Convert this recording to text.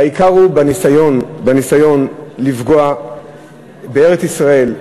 העיקר הוא בניסיון לפגוע בארץ-ישראל,